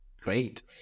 Great